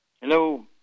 Hello